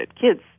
kids